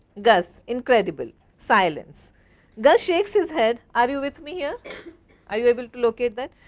gus incredible silence gus shakes his head. are you with me here? are you able to locate that?